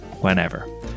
whenever